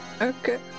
Okay